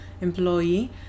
employee